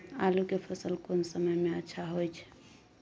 आलू के फसल कोन समय में अच्छा होय छै?